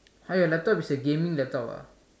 !huh! your laptop is a gaming laptop ah